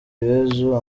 yezu